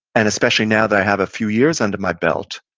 and especially now that i have a few years under my belt,